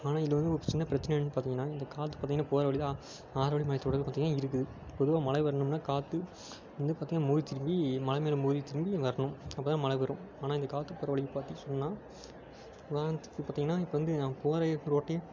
ஆனால் இதில் வந்து ஒரு சின்ன பிரச்சனை என்னென்னு பார்த்தீங்கன்னா இந்தக் காற்று பார்த்தீங்கன்னா போகிற வழியில அ ஆரவல்லி மலைத் தொடர் பார்த்தீங்கன்னா இருக்குது பொதுவாக மழை வரணும்னா காற்று வந்து பார்த்தீங்கன்னா மோதி திரும்பி மலை மேல் மோதித் திரும்பி வரணும் அப்போ தான் மழை வரும் ஆனால் இந்தக் காற்று போகிற வழி பற்றி சொல்லணுன்னா வானத்துக்கு பார்த்தீங்கன்னா இப்போ வந்து நாங் போகிற ரோட்டே